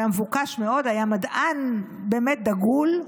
הוא היה מבוקש מאוד, היה מדען באמת דגול.